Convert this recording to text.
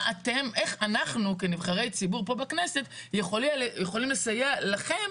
איך אנחנו כנבחרי ציבור פה בכנסת יכולים לסייע לכם